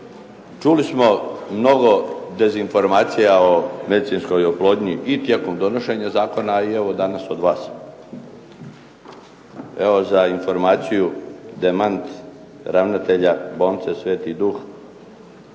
Čuli smo novo, dezinformacija o medicinskoj oplodnji i tijekom donošenja zakona, a i evo danas od vas. Evo za informaciju demantij ravnatelja bolnice "Sv. Duh"